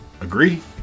Agree